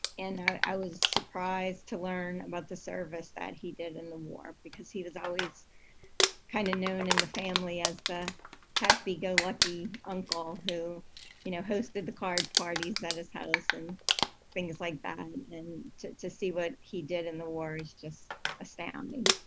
and i was surprised to learn about the service that he did in the war because he was always kind of known in the family as the happy-go-lucky uncle who you know hosted the card parties at his house and things like that and to to see what he did in the war is just astounding.